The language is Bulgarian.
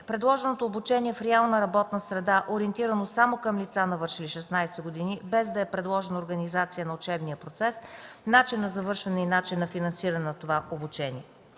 предложеното обучение в реална работна среда, ориентирано само към лица навършили 16 години, без да е предложена организация на учебния процес, начин на завършване и начин на финансиране на това обучение.